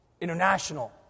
international